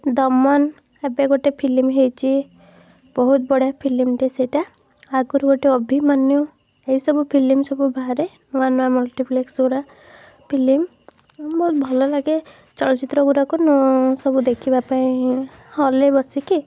ଦମନ ଏବେ ଗୋଟେ ଫିଲିମ୍ ହେଇଛି ବହୁତ ବଢ଼ିଆ ଫିଲିମ୍ଟେ ସେଇଟା ଆଗରୁ ଗୋଟେ ଅଭିମନ୍ୟୁ ଏସବୁ ଫିଲିମ୍ ସବୁ ବାହାରେ ନୂଆ ନୂଆ ମଲ୍ଟିଫ୍ଲିକ୍ସ ଗୁଡ଼ା ଫିଲିମ୍ ବହୁତ ଭଲଲାଗେ ଚଳଚ୍ଚିତ୍ର ଗୁଡ଼ାକ ନ ସବୁ ଦେଖିବାପାଇଁ ହଲ୍ରେ ବସିକି